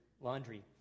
laundry